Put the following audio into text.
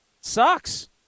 Sucks